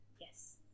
Yes